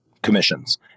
commissions